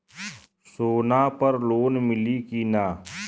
सोना पर लोन मिली की ना?